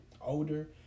older